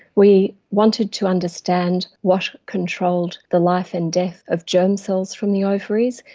we wanted to understand what controlled the life and death of germ cells from the ovaries,